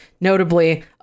notably